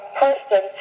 person